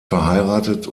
verheiratet